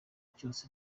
cyose